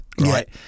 right